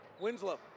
Winslow